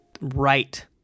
Right